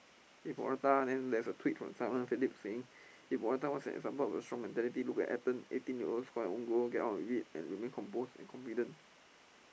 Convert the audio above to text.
eh Morata then there's a tweet from Simon-Phillips saying if Morata was an example of strong mentality look at Ethan eighteen year old score own goal get on with it and remain composed and confident